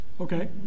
Okay